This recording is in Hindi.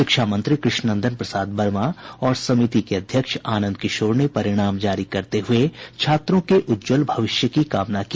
शिक्षा मंत्री कृष्णनंदन प्रसाद वर्मा और समिति के अध्यक्ष आनंद किशोर ने परिणाम जारी करते हुए छात्रों के उज्ज्वल भविष्य की कामना की